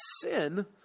sin